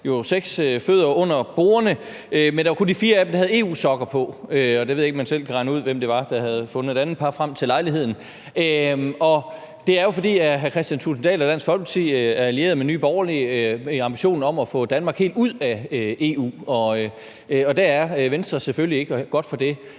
var seks fødder under bordene, men det var kun de fire af dem, der havde EU-sokker på, og jeg ved ikke, om man selv kan regne ud, hvem det var, der havde fundet et andet par frem til lejligheden. Det er jo, fordi hr. Kristian Thulesen Dahl, Dansk Folkeparti, er allieret med Nye Borgerlige i ambitionen om at få Danmark helt ud af EU. Det er Venstre selvfølgelig ikke, og godt for det.